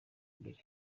mbere